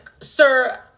Sir